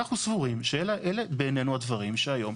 אנחנו סבורים שאלה בענינו הדברים שהיום,